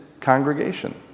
congregation